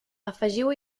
afegiu